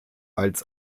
als